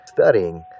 studying